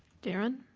darren?